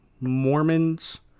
Mormons